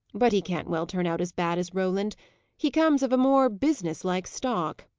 but he can't well turn out as bad as roland he comes of a more business-like stock.